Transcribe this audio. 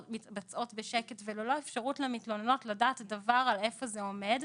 מתבצעות בשקט וללא אפשרות למתלוננות לדעת דבר על איפה זה עומד,